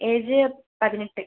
age പതിനെട്ട്